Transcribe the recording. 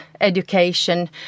education